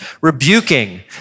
Rebuking